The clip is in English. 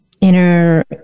inner